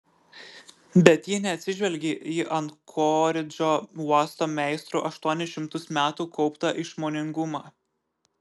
bet ji neatsižvelgė į ankoridžo uosto meistrų aštuonis šimtus metų kauptą išmoningumą